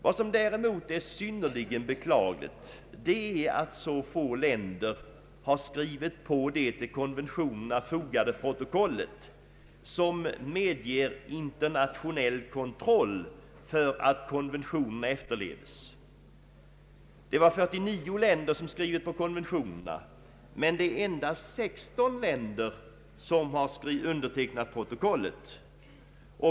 Vad som däremot är synnerligen beklagligt är att så få länder har skrivit på det till konventionerna fogade protokollet, som medger internationell kontroll för att konventionerna efterleves. 49 länder har skrivit på konventionerna, men endast 16 länder har undertecknat protokollet.